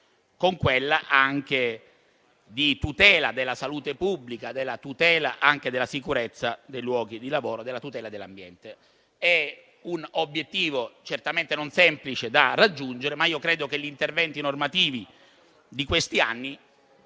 e l'esigenza di tutela della salute pubblica e della sicurezza dei luoghi di lavoro e dell'ambiente. È un obiettivo certamente non semplice da raggiungere, ma credo che gli interventi normativi di questi anni